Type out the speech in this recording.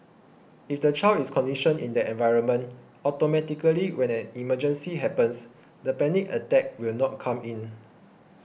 if the child is conditioned in that environment automatically when an emergency happens the panic attack will not come in